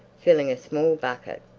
filling a small bucket.